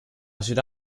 should